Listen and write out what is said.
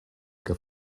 que